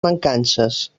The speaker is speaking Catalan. mancances